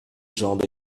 jambes